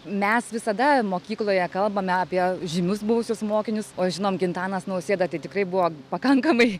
mes visada mokykloje kalbame apie žymius buvusius mokinius o žinom gintanas nausėda tai tikrai buvo pakankamai